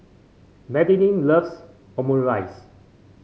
Madeline loves Omurice